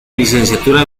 licenciatura